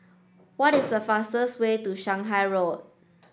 what is the fastest way to Shanghai Road